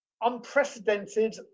unprecedented